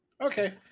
okay